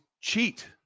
cheat